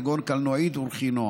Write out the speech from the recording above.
כגון קלנועית ורכינוע.